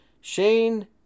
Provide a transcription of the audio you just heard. Shane